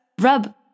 rub